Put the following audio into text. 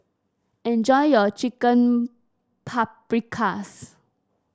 enjoy your Chicken Paprikas